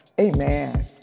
amen